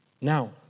Now